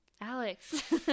Alex